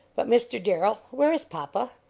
but, mr. darrell, where is papa?